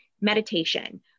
meditation